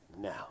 Now